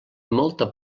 molt